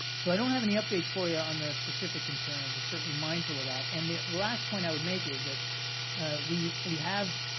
so i don't have any updates for you on the specific concerns. we're certainly mindful of that. and the last point i would make is that we we have